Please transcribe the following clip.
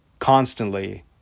Constantly